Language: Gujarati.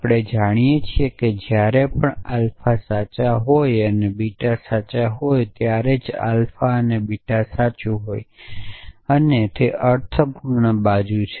આપણે જાણીએ છીએ કે જ્યારે પણ આલ્ફા સાચા હોય અને બીટા સાચું હોય ત્યારે જ આલ્ફા અને બીટા સાચું હોય છે અને તે અર્થપૂર્ણ બાજુ છે